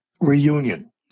reunion